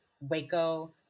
Waco